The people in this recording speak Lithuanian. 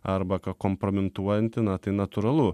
arba kompromituojanti na tai natūralu